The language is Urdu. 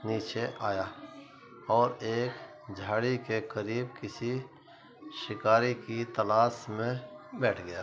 نیچے آیا اور ایک جھاڑی کے قریب کسی شکاری کی تلاش میں بیٹھ گیا